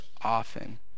often